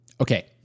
Okay